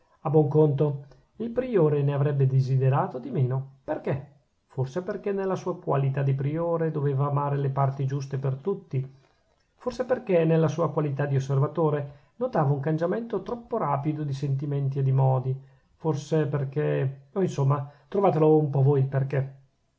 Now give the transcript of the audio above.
a buon conto il priore ne avrebbe desiderato di meno perchè forse perchè nella sua qualità di priore doveva amare le parti giuste per tutti forse perchè nella sua qualità di osservatore notava un cangiamento troppo rapido di sentimenti e di modi forse perchè oh insomma trovatelo un po voi il perchè